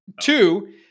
Two